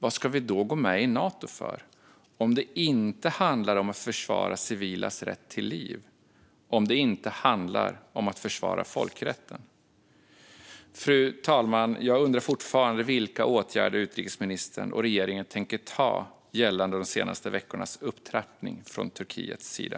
Varför ska vi då gå med i Nato om det inte handlar om att försvara civilas rätt till liv, om det inte handlar om att försvara folkrätten? Fru talman! Jag undrar fortfarande vilka åtgärder utrikesministern och regeringen tänker vidta gällande de senaste veckornas upptrappning från Turkiets sida.